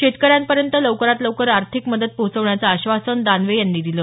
शेतकऱ्यांपर्यंत लवकरात लवकर आर्थिक मदत पोहचवण्याचं आश्वासन दानवे यांनी दिलं